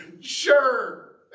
Sure